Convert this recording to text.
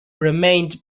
remained